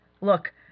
look